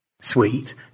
Sweet